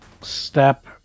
step